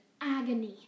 agony